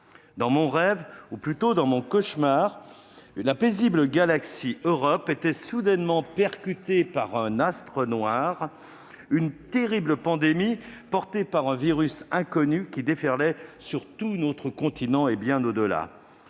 des ombres de la nuit. Dans mon cauchemar, la paisible galaxie Europe était soudainement percutée par un astre noir, une terrible pandémie portée par un virus inconnu déferlant sur tout notre continent, et bien au-delà.